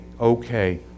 okay